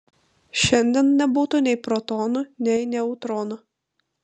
šiandien nebūtų nei protonų nei neutronų